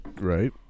Right